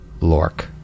Lork